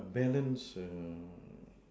balanced err